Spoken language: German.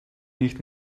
nicht